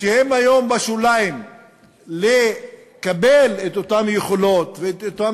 שהן היום בשוליים לקבל את אותן יכולות ואותן